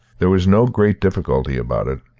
there was no great difficulty about it.